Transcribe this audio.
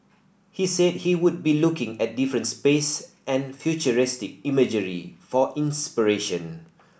he said he would be looking at different space and futuristic imagery for inspiration